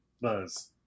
Buzz